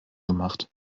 gemacht